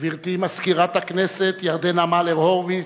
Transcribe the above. גברתי מזכירת הכנסת ירדנה מלר-הורוביץ,